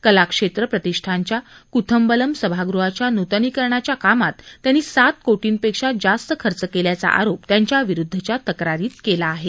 कलाक्षेत्र प्रतिष्ठानच्या कुथंबलम सभागृहाच्या नुतनीकरणाच्या कामात त्यांनी सात कोटींपेक्षा जास्त खर्च केल्याचा आरोप त्यांच्या विरुद्धच्या तक्रारीत केला आहे